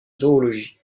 zoologie